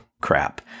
crap